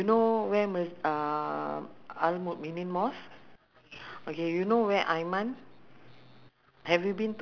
she took four years uh to to actually uh get that taste you know ah so um